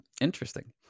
Interesting